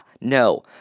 No